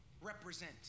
represent